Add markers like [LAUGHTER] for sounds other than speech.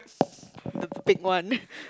the big one [BREATH]